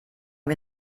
wir